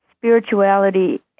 spirituality